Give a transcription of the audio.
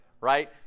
right